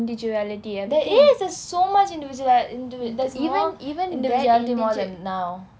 there is there is so much individual~ individual~ there's more individuality more than now